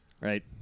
right